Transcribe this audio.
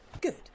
Good